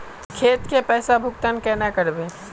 खेत के पैसा भुगतान केना करबे?